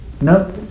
Nope